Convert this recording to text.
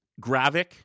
gravic